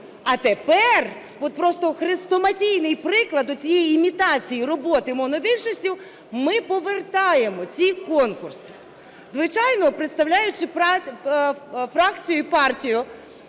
А тепер от просто хрестоматійний приклад оцієї імітації роботи монобільшісті – ми повертаємо ці конкурси. Звичайно, представляючи фракцію і партію,